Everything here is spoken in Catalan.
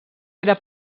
era